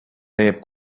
neb